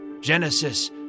Genesis